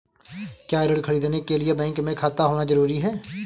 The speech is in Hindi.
क्या ऋण ख़रीदने के लिए बैंक में खाता होना जरूरी है?